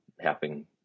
helping